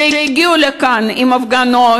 שיגיעו לכאן עם הפגנות,